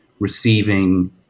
receiving